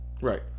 Right